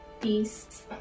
Beasts